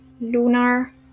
lunar